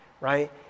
Right